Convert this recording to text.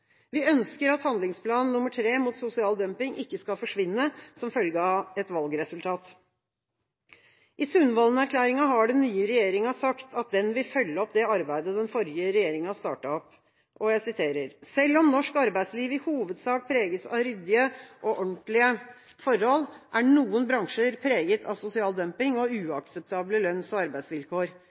Vi ønsker at handlingsplan nr. 3 mot sosial dumping ikke skal forsvinne som følge av et valgresultat. I Sundvolden-erklæringa har den nye regjeringa sagt at den vil følge opp det arbeidet den forrige regjeringa startet opp. Jeg siterer: «Selv om norsk arbeidsliv all i hovedsak preges av ryddige og ordentlige forhold, er noen bransjer preget av sosial dumping og uakseptable lønns- og arbeidsvilkår.